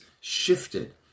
shifted